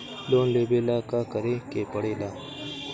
Loan लेबे ला का करे के पड़े ला?